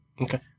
Okay